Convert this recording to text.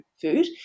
food